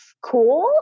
cool